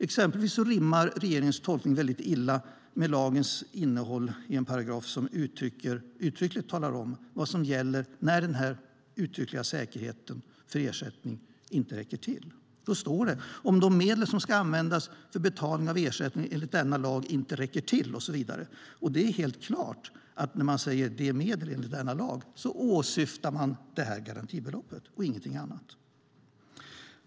Exempelvis rimmar regeringens tolkning väldigt illa med lagens innehåll i en paragraf som uttryckligen talar om vad som gäller när den uttalade säkerheten för ersättning inte räcker till. Då står det: "Om de medel som skall användas för betalning av ersättning enligt denna lag inte räcker", och det är helt klart att när man säger "de medel" och "enligt denna lag" åsyftar man det här garantibeloppet och ingenting annat.